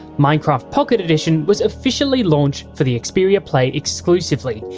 minecraft pocket edition was oficially launched for the xperia play exclusively,